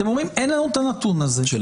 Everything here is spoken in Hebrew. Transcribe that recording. אתם אומרים: אין לנו את הנתון הזה -- --נכון,